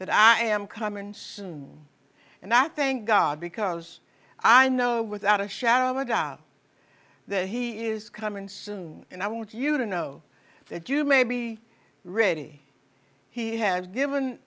that i am coming soon and i thank god because i know without a shadow of a god that he is coming soon and i want you to know that you may be ready he has given